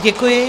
Děkuji.